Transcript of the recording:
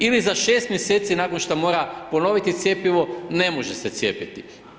Ili za 6 mjeseci nakon što mora ponoviti cjepivo, ne može se cijepiti.